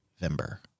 November